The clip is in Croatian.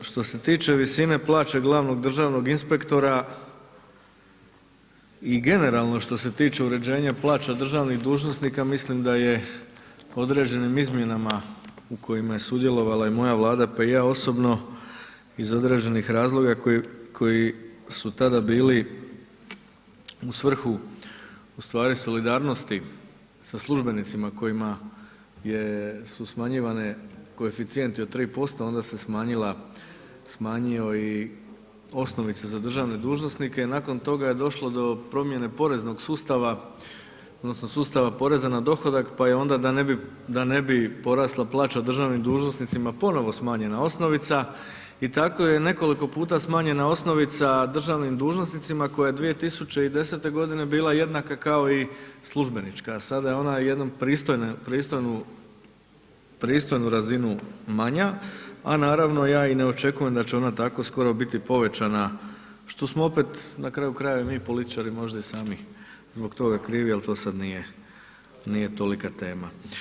Što se tiče visine plaće glavnog državnog inspektora i generalno što se tiče uređenja plaća državnih dužnosnika, mislim da je određenim izmjenama u kojima je sudjelovala i moja Vlada pa i ja osobno, iz određenih razloga koji su tada bili u svrhu ustvari solidarnost sa službenicima kojima su smanjivani koeficijenti od 3%, onda se smanjila i osnovica za državne dužnosnike, nakon toga je došlo do promjene poreznog sustava odnosno sustava poreza na dohodak pa je onda da ne bi porasla plaća državnim dužnosnicima, ponovno smanjena osnovica i tako je nekoliko puta smanjena osnovica državnim dužnosnicima koja je 2010. bila jednaka kao i službenička, sada je ona jednu pristojnu razinu manja a naravno ja i ne očekujem da će ona tako skoro biti povećana što smo opet na kraju krajeva mi političari možda i zbog toga krivi ali sad nije tolika tema.